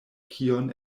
kion